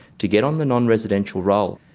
to get on the non-residential roll.